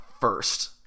first